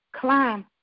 Climb